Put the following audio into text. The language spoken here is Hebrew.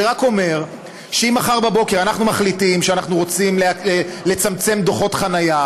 זה רק אומר שאם מחר בבוקר אנחנו מחליטים שאנחנו רוצים לצמצם דוחות חניה,